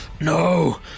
no